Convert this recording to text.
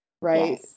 right